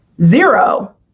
Zero